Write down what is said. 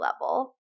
level